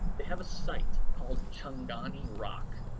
they have a site called chongoni rock.